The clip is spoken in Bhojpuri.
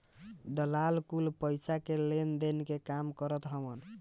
दलाल कुल पईसा के लेनदेन के काम करत हवन